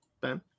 ben